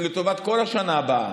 לטובת כל השנה הבאה,